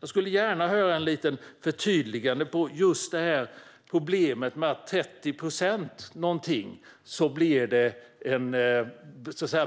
Jag skulle gärna vilja höra ett litet förtydligande om just problemet att det för omkring 30 procent blir en